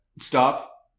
stop